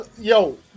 Yo